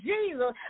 Jesus